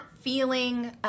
feeling